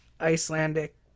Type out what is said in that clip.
Icelandic